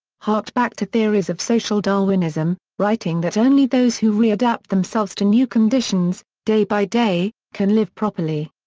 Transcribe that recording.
harked back to theories of social darwinism, writing that only those who readapt themselves to new conditions, day by day, can live properly.